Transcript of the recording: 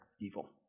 evil